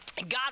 God